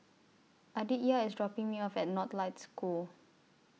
Aditya IS dropping Me off At North Lights School